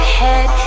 head